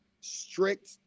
strict